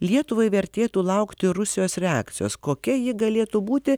lietuvai vertėtų laukti rusijos reakcijos kokia ji galėtų būti